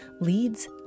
leads